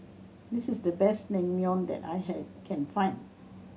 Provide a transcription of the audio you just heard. this is the best Naengmyeon that I can find